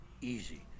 easy